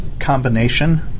combination